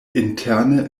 interne